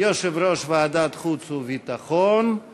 ותודה בשם כולנו על התהליך הזה,